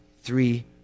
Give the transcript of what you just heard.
three